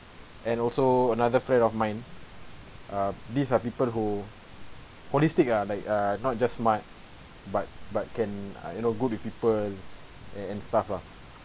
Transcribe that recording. and also another friend of mine uh these are people who holistic ah like uh not just mind but but can uh you know good with people and and stuff lah